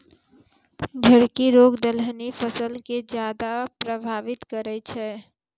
झड़की रोग दलहनी फसल के ज्यादा प्रभावित करै छै